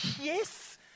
yes